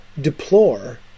deplore